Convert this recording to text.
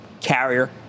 Carrier